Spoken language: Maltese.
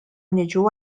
niġu